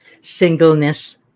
singleness